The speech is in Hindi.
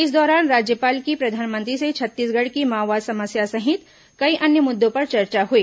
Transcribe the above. इस दौरान राज्यपाल की प्रधानमंत्री से छत्तीसगढ़ की माओवाद समस्या सहित कई अन्य मुद्दों पर चर्चा हुई